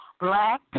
Black